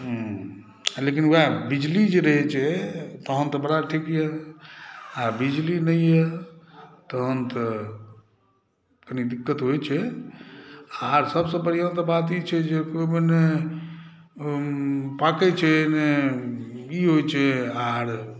लेकिन वएह बिजली जे रहै छै तहन तऽ बड़ा ठीक यऽ बिजली नहि यऽ तहन तऽ कनि दिक़्क़त होइ छै आर सभसे बढ़ियऑं तऽ बात ई छै जे ओहिमे ने पाक़य छै ने ई होइ छै आर